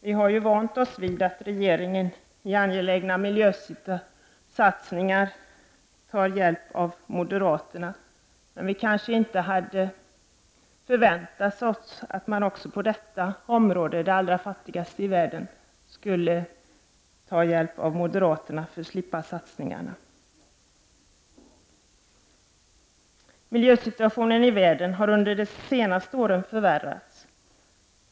Vi har ju vant oss vid att regeringen vid angelägna miljösatsningar tar hjälp av moderaterna, men vi hade kanske inte förväntat oss att man på det här området, när det gäller de allra fattigaste i världen, skulle ta hjälp av moderaterna för att slippa satsningar. Miljösituationen i världen har under de senaste åren förvärrats.